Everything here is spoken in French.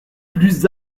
plus